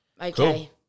Okay